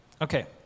Okay